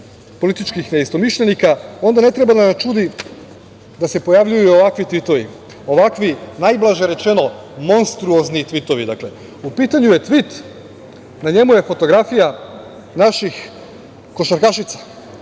političkih neistomišljenika onda ne treba da nas čudi da se pojavljuju ovakvi tvitovi, ovakvi, najblaže rečeno, monstruozni tvitovi. Dakle, u pitanju je tvit, na njemu je fotografija naših košarkašica,